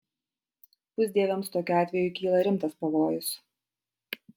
pusdieviams tokiu atveju kyla rimtas pavojus